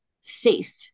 safe